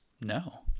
no